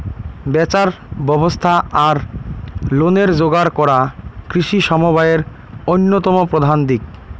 ব্যাচার ব্যবস্থা আর লোনের যোগার করা কৃষি সমবায়ের অইন্যতম প্রধান দিক